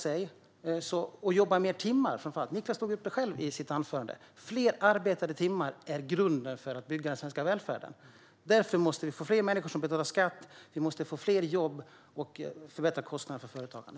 Framför allt handlar det om att människor blir benägna att jobba fler timmar, vilket Niklas Karlsson själv tog upp i sitt anförande. Fler arbetade timmar är grunden för att bygga den svenska välfärden. Därför måste vi få fler människor som betalar skatt. Vi måste få fler jobb, och vi måste minska kostnaderna för företagande.